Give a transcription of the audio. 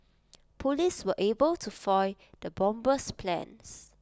Police were able to foil the bomber's plans